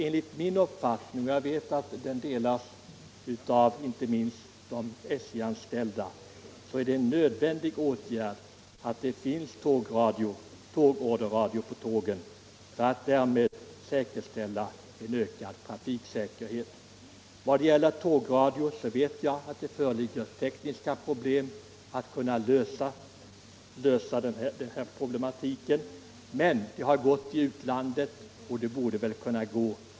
Enligt min uppfattning — och jag vet att den delas av inte minst de SJ anställda — är det nödvändigt att det finns tågradio på tågen för att man därmed skall kunna skapa ökad trafiksäkerhet. Jag vet att det föreligger tekniska svårigheter när det gäller att lösa den här problematiken. Men det har gått i utlandet, och det borde väl kunna gå här.